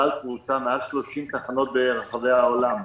אל-על פרושה ביותר מ-30 תחנות ברחבי העולם.